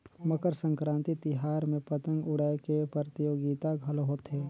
मकर संकरांति तिहार में पतंग उड़ाए के परतियोगिता घलो होथे